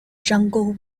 jungle